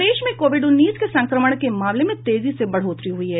प्रदेश में कोविड उन्नीस के संक्रमण के मामलों में तेजी से बढ़ोतरी हुई है